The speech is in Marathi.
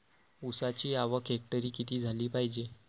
ऊसाची आवक हेक्टरी किती झाली पायजे?